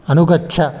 अनुगच्छ